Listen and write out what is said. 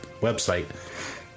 website